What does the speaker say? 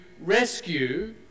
rescue